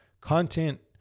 content